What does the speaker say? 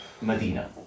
Medina